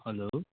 hello